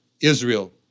Israel